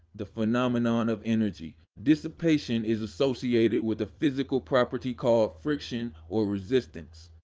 the phenomenon of energy dissipation is associated with a physical property called friction or resistance,